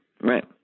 Right